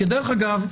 דרך אגב,